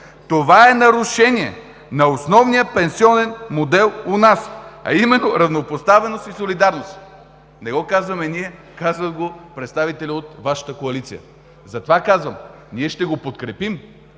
Това е нарушение на основния пенсионен модел у нас, а именно равнопоставеност и солидарност. Не го казваме ние, казваме го представител от Вашата коалиция. Затова казвам, че ние ще го подкрепим,